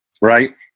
Right